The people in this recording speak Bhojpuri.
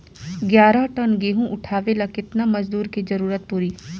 ग्यारह टन गेहूं उठावेला केतना मजदूर के जरुरत पूरी?